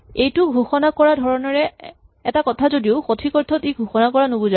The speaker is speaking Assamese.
এইটো ঘোষণা কৰা ধৰণৰে এটা কথা যদিও সঠিক অৰ্থত ইয়াক ঘোষণা কৰা নুবুজায়